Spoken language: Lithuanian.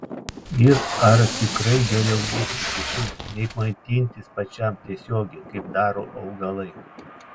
ir ar tikrai geriau ėsti kitus nei maitintis pačiam tiesiogiai kaip daro augalai